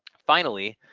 finally,